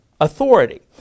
authority